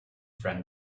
friend